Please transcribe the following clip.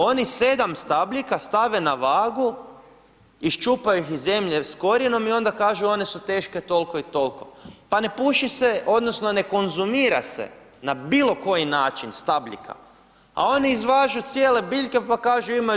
Oni 7 stabljika stave na vagu, iščupa ih iz zemlje s korijenom i onda kažu one su teške tolko i tolko, pa ne puši se, odnosno ne konzumira se na bilo koji način stabljika, a oni izvažu cijele biljke pa kažu imaju